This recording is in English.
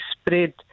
spread